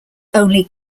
only